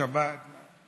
שבת.